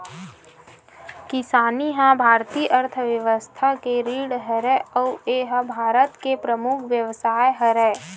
किसानी ह भारतीय अर्थबेवस्था के रीढ़ हरय अउ ए ह भारत के परमुख बेवसाय हरय